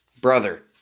brother